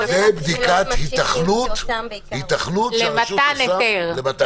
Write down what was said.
ובדיקת היתכנות שהרשות עושה למתן היתר.